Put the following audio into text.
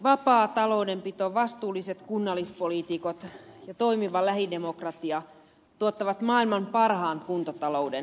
vapaa taloudenpito vastuulliset kunnallispoliitikot ja toimiva lähidemokratia tuottavat maailman parhaan kuntatalouden